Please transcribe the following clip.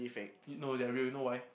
y~ no they're real you know why